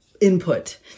input